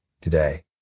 Today